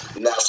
Now